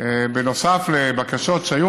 בנוסף לבקשות שהיו,